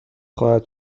خواهد